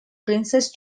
princess